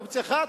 אופציה אחת,